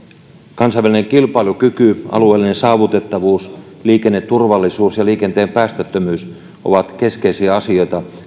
kansainvälinen kilpailukyky alueellinen saavutettavuus liikenneturvallisuus ja liikenteen päästöttömyys ovat keskeisiä asioita